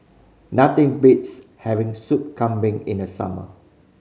nothing beats having Sup Kambing in the summer